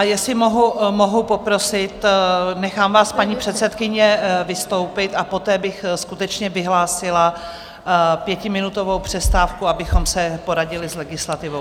Jestli mohu poprosit, nechám vás, paní předsedkyně, vystoupit, a poté bych skutečně vyhlásila pětiminutovou přestávku, abychom se poradili s legislativou.